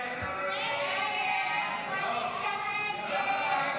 51 בעד, 60